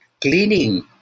cleaning